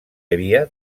havia